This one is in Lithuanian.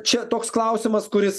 čia toks klausimas kuris